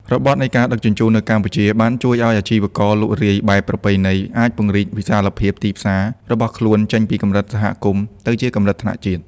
របត់នៃ ការដឹកជញ្ជូន នៅកម្ពុជា បានជួយឱ្យអាជីវករលក់រាយបែបប្រពៃណីអាចពង្រីក វិសាលភាពទីផ្សារ របស់ខ្លួនចេញពីកម្រិតសហគមន៍ ទៅជាកម្រិតថ្នាក់ជាតិ។